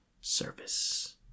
service